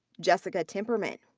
jessica timperman.